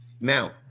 now